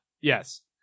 Yes